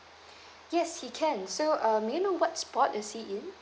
yes he can so um may I know what sport he's in